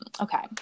Okay